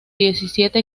diecisiete